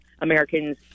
Americans